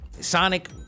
sonic